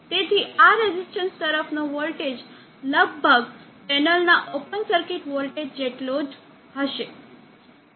તેથી આ રેઝિસ્ટન્સ તરફનો વોલ્ટેજ લગભગ પેનલના ઓપન સર્કિટ વોલ્ટેજ જેટલો હશે